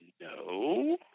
No